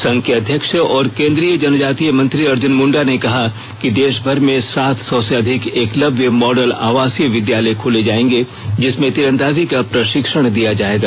संघ के अध्यक्ष और केन्द्रीय जनजातीय मंत्री अर्जुन मुण्डा ने कहा है कि देषभर में सात सौ से अधिक एकलब्य मॉडल अवासीय विद्यालय खोले जाएंगे जिसमें तीरंदाजी का प्रषिक्षण दिया जायेगा